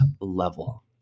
level